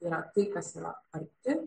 yra tai kas yra arti